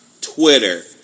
Twitter